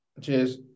Cheers